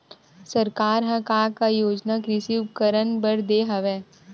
सरकार ह का का योजना कृषि उपकरण बर दे हवय?